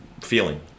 feeling